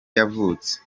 yavutse